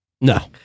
No